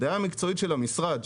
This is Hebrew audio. הדעה המקצועית של המשרד,